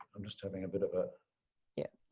i'm just having a bit of a yeah.